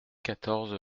quatorze